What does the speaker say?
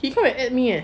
he come and add me eh